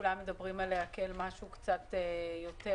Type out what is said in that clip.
שכולם מדברים עליה כעל משהו יותר אלים,